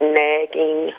nagging